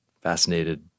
fascinated